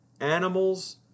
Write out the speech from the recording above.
animals